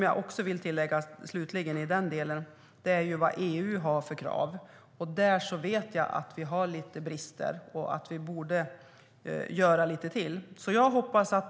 Jag vill också nämna EU:s krav, och där vet jag att vi har lite brister. Vi borde göra lite till.